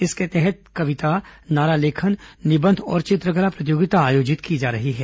इसके तहत कविता नारा लेखन निबंध और चित्रकला प्रतियोगिता आयोजित की जा रही है